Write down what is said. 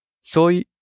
soy